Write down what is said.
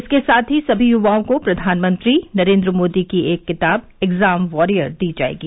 इसके साथ ही सभी युवाओं को प्रधानमंत्री नरेन्द्र मोदी की एक किताब एग्ज़ाम वॉरियर दी जायेगी